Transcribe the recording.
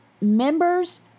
members